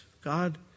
God